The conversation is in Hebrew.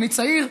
אני צעיר,